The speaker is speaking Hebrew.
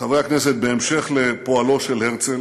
חברי הכנסת, בהמשך לפועלו של הרצל